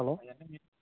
hello